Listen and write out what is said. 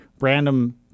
random